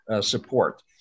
support